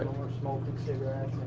were smoking cigarettes.